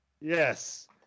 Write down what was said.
Yes